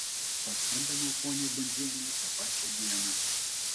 paskambinau poniai bundzienei tą pačią dieną